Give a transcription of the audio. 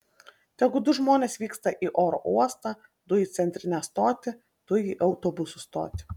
tegu du žmonės vyksta į oro uostą du į centrinę stotį du į autobusų stotį